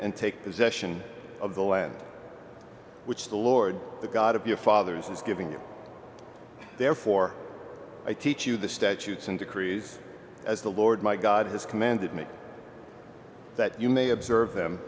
and take possession of the land which the lord the god of your fathers is giving you therefore i teach you the statutes and decrees as the lord my god has commanded me that you may observe them